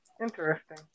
Interesting